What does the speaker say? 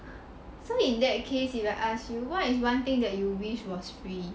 so in that case if I ask you what is one thing that you wish was free